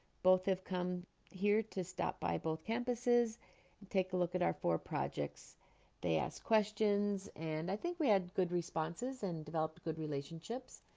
both have come here to stop by both campuses and take a look at our four projects they ask questions and i think we had good responses and developed good relationships